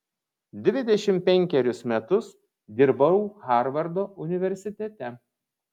dvidešimt penkerius metus dirbau harvardo universitete